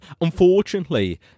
unfortunately